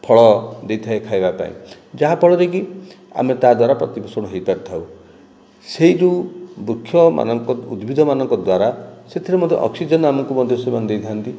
ଫଳ ଦେଇ ଥାଏ ଖାଇବା ପାଇଁ ଯାହା ଫଳରେ କି ଆମେ ତା'ଦ୍ୱାରା ପ୍ରତିପୋଷଣ ହୋଇପାରିଥାଉ ସେ ଯେଉଁ ବୃକ୍ଷ ମାନଙ୍କ ଉଦ୍ଭିଦ ମାନଙ୍କ ଦ୍ୱାରା ସେଥିରେ ମଧ୍ୟ ଅକ୍ସିଜେନ୍ ଆମକୁ ମଧ୍ୟ ସେମାନେ ଦେଇଥାନ୍ତି